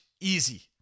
easy